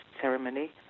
ceremony